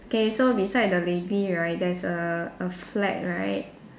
K so beside the lady right there's a a flag right